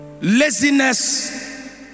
Laziness